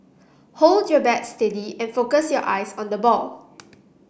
hold your bat steady and focus your eyes on the ball